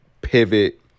pivot